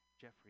Jeffrey